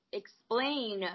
explain